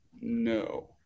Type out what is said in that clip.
no